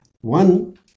One